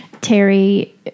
Terry